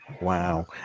Wow